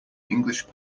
english